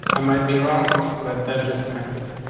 i might be wrong, but that's just my opinion.